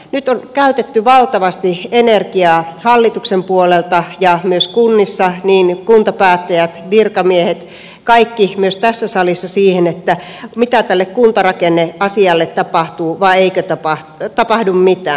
nyt on käytetty valtavasti energiaa hallituksen puolelta ja myös kunnissa kuntapäättäjät virkamiehet kaikki myös tässä salissa siihen mitä tälle kuntarakenneasialle tapahtuu vai eikö tapahdu mitään